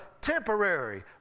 temporary